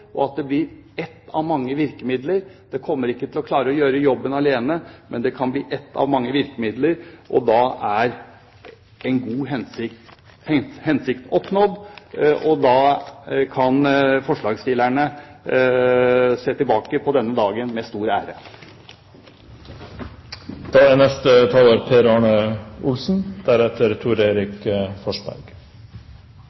og at det blir ett av mange virkemidler. Det kommer ikke til å klare å gjøre jobben alene, men det kan bli ett av mange virkemidler. Da er en god hensikt oppnådd, og da kan forslagsstillerne se tilbake på denne dagen med stor